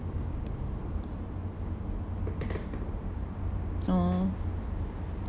oh